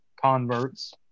converts